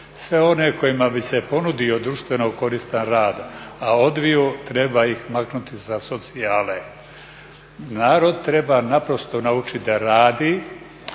Sve one kojima bi se ponudio društveno koristan rad a odbiju treba ih maknuti sa socijale. Narod treba naprosto naučiti da radi